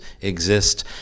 exist